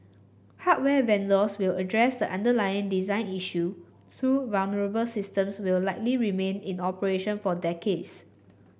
hardware vendors will address the underlying design issue though vulnerable systems will likely remain in operation for decades